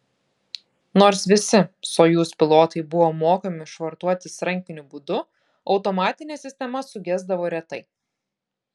nors visi sojuz pilotai buvo mokomi švartuotis rankiniu būdu automatinė sistema sugesdavo retai